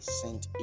sent